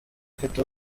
afite